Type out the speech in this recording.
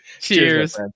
Cheers